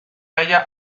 halla